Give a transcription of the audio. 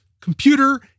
computer